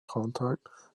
contact